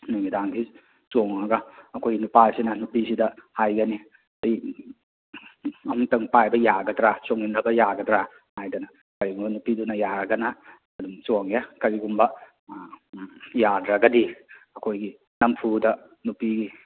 ꯅꯨꯃꯤꯗꯥꯡꯁꯦ ꯆꯣꯡꯂꯒ ꯑꯩꯈꯣꯏ ꯅꯨꯄꯥꯁꯤꯅ ꯅꯨꯄꯤꯁꯤꯗ ꯍꯥꯏꯒꯅꯤ ꯑꯩ ꯑꯃꯨꯛꯇꯪ ꯄꯥꯏꯕ ꯌꯥꯒꯗ꯭ꯔꯥ ꯆꯣꯡꯃꯤꯟꯅꯕ ꯌꯥꯒꯗ꯭ꯔꯥ ꯍꯥꯏꯗꯅ ꯀꯔꯤꯒꯨꯝꯕ ꯅꯨꯄꯤꯗꯨꯅ ꯌꯥꯔꯒꯅ ꯑꯗꯨꯝ ꯆꯣꯡꯉꯦ ꯀꯔꯤꯒꯨꯝꯕ ꯌꯥꯗ꯭ꯔꯒꯗꯤ ꯑꯩꯈꯣꯏꯒꯤ ꯅꯝꯐꯨꯗ ꯅꯨꯄꯤ